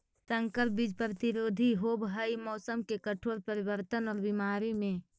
संकर बीज प्रतिरोधी होव हई मौसम के कठोर परिवर्तन और बीमारी में